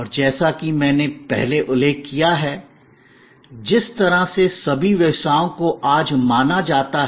और जैसा कि मैंने पहले उल्लेख किया है जिस तरह से सभी व्यवसायों को आज माना जाता है